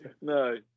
no